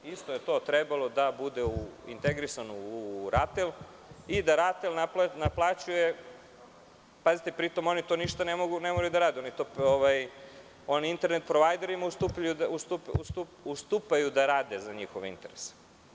Isto je to trebalo da bude integrisano u RATEL i da RATEL naplaćuje, a pri tom oni to ništa ne moraju da rade, oni internet provajderima ustupaju da rade za njihove interese.